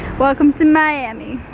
welcome to miami!